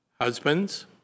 Husbands